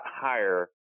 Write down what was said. higher